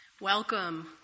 Welcome